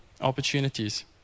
opportunities